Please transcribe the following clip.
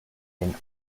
den